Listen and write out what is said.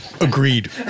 Agreed